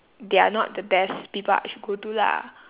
they are not the best people I should go to lah